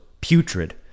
putrid